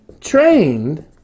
trained